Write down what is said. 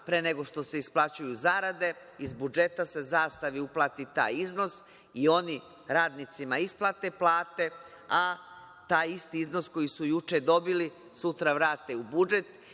pre nego što se isplaćuju zarade iz budžeta se „Zastavi“ uplati taj iznos i oni radnicima isplate plate, a taj isti iznos koji su juče dobili sutra vrate u budžet